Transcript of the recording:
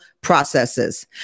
processes